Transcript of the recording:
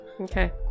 Okay